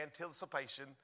anticipation